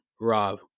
Rob